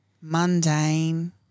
mundane